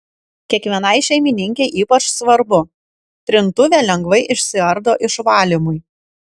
kiekvienai šeimininkei ypač svarbu trintuvė lengvai išsiardo išvalymui